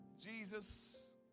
Jesus